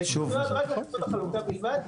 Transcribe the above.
זה מיועד רק לחברות החלוקה בלבד.